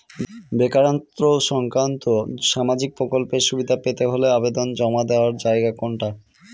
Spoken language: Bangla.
বেকারত্ব সংক্রান্ত সামাজিক প্রকল্পের সুবিধে পেতে হলে আবেদন জমা দেওয়ার জায়গা কোনটা?